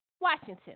Washington